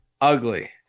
Ugly